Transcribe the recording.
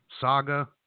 saga